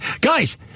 guys